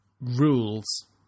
rules